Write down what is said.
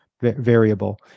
variable